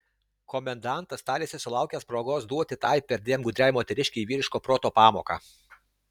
komendantas tarėsi sulaukęs progos duoti tai perdėm gudriai moteriškei vyriško proto pamoką